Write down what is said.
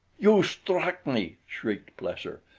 you struck me, shrieked plesser.